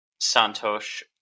Santosh